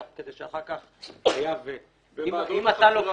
כדי שאחר כך --- לוועדת החקירה...